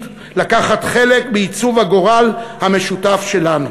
לקחת חלק בעיצוב הגורל המשותף שלנו,